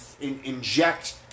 inject